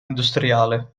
industriale